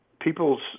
people's